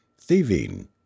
thieving